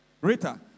Rita